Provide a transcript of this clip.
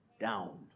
down